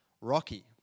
rocky